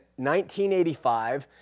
1985